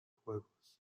juegos